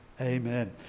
Amen